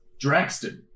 Draxton